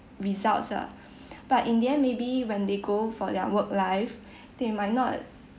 results lah but in the end maybe when they go for their work life they might not